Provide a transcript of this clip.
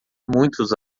muitos